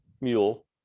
mule